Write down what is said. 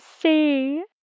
see